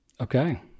Okay